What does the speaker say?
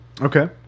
Okay